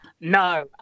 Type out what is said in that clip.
No